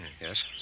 Yes